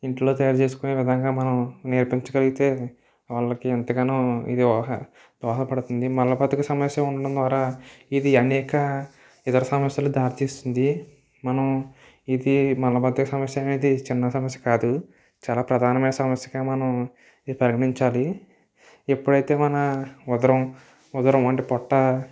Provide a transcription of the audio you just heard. ఇంట్లో తయారు చేసుకునే విధంగా నేర్పించగలిగితే వాళ్ళకి ఎంతగానో ఇది ఒహ దోహదపడుతుంది మన బద్దక సమస్య ఉండడం ద్వారా ఇది అనేక ఇతర సమస్యలకు దారి తీస్తుంది మనం ఇది మలబద్ధకం సమస్య అనేది చిన్న సమస్య కాదు చాలా ప్రధానమైన సమస్యగా మనం ఇది పరిగణించాలి ఎప్పుడైతే మన ఉదరం ఉదరం అంటే పొట్ట